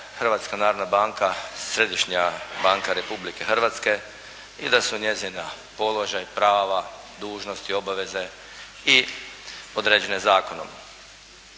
Hrvatska narodna banka središnja banka Republike Hrvatske i da su njezin položaj, prava, dužnosti, obaveze i određene zakonom.